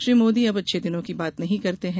श्री मोदी अब अच्छे दिनों की बात नहीं करते है